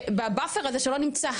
ב"באפר" הזה שלא נמצא,